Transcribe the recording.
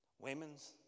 Women's